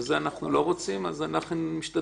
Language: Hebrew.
זה אנחנו לא רוצים אז אנחנו משתדלים.